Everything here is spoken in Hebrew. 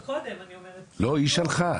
היא שלחה,